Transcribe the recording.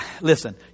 listen